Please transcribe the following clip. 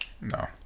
no